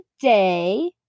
day